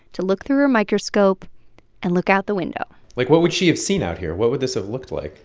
to look through her microscope and look out the window like, what would she have seen out here? what would this have looked like?